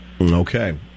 Okay